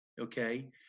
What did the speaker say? okay